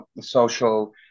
social